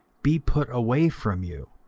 be put away from you,